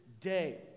day